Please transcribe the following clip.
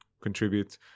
contribute